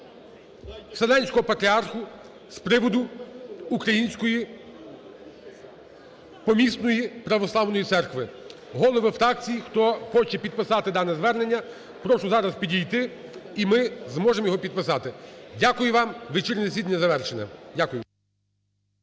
Вселенського патріарха з приводу Української Помісної православної Церкви. Голови фракцій, хто хоче підписати дане звернення, прошу зараз підійти, і ми зможемо його підписати. Дякую вам. Вечірнє засідання завершене. Дякую